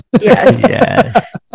Yes